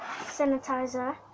sanitizer